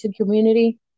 community